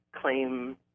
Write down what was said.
claim